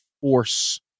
force